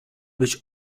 być